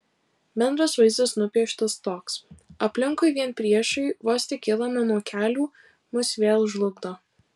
bendras vaizdas nupieštas toks aplinkui vien priešai vos tik kylame nuo kelių mus vėl žlugdo